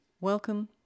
Welcome